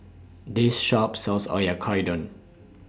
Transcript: This Shop sells Oyakodon